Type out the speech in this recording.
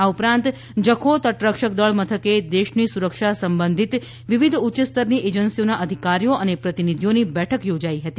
આ ઉપરાંત જખૌ તટ રક્ષક દળ મથકે દેશની સુરક્ષા સંબંધિત વિવિધ ઉચ્યસ્તરની એજન્સીઓના અધિકારીઓ અને પ્રતિનિધિઓની બેઠક યોજાઈ હતી